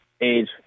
age